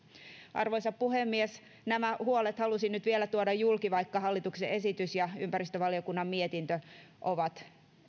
arvoisa puhemies nämä huolet halusin nyt vielä tuoda julki vaikka hallituksen esitys ja ja ympäristövaliokunnan mietintö ovat